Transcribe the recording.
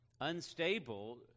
Unstable